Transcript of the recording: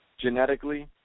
genetically